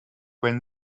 when